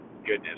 goodness